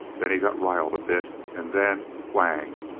then he got riled a bit and then whang!